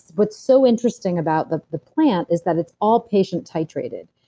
what's so interesting about the the plant is that it's all patient-titrated.